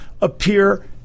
appear